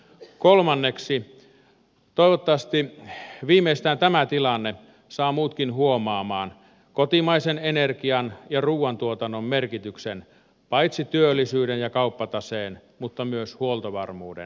kolmanneksi toivottavasti viimeistään tämä tilanne saa muutkin huomaamaan kotimaisen energian ja ruuantuotannon merkityksen paitsi työllisyyden ja kauppataseen mutta myös huoltovarmuuden näkökulmasta